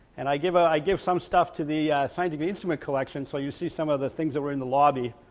and i give ah i give some stuff to the scientific instrument collection. so you see some of the things that were in the lobby,